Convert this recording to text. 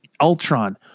Ultron